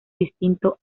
distinto